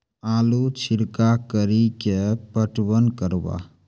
आलू छिरका कड़ी के पटवन करवा?